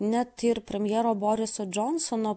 net ir premjero boriso džonsono